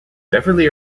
beverly